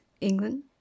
England